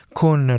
con